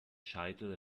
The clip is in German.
scheitel